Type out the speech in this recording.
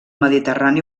mediterrani